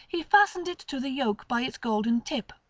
he fastened it to the yoke by its golden tip.